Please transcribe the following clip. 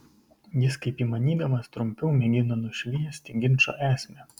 jis kaip įmanydamas trumpiau mėgino nušviesti ginčo esmę